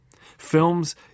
Films